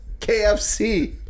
KFC